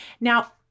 Now